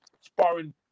sparring